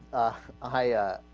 aya